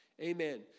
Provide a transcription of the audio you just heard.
Amen